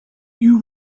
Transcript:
you